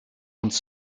ganz